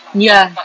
ya